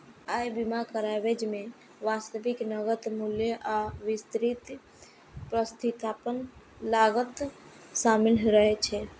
अय बीमा कवरेज मे वास्तविक नकद मूल्य आ विस्तृत प्रतिस्थापन लागत शामिल रहै छै